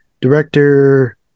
director